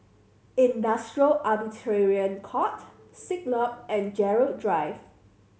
Industrial Arbitration Court Siglap and Gerald Drive